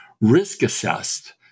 risk-assessed